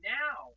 now